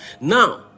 now